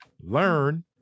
learn